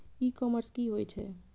ई commerce की होए छै?